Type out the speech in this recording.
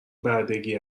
بردگی